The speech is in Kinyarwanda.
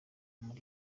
muri